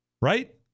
right